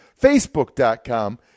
facebook.com